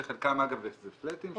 שחלקם אגב זה פלאטים,